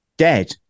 dead